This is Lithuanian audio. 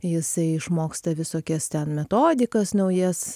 jisai išmoksta visokias ten metodikas naujas